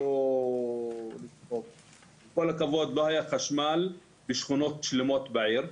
עם כל הכבוד, לא היה חשמל בשכונות שלמות בעיר.